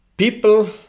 People